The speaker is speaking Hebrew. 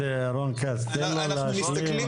חבר הכנסת רון כץ, תן לו להשלים.